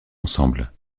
ensemble